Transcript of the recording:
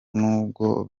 nubwo